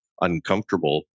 uncomfortable